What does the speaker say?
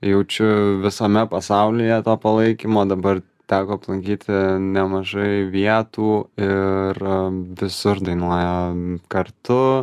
jaučiu visame pasaulyje to palaikymo dabar teko aplankyti nemažai vietų ir visur dainuojam kartu